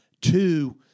two